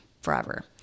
forever